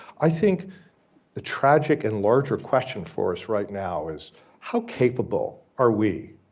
i think a tragic and larger question for us right now is how capable are we,